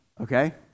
okay